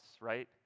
right